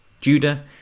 Judah